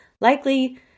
likely